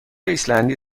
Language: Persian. ایسلندی